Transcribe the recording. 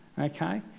okay